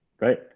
right